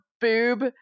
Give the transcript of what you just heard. boob